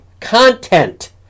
content